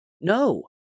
No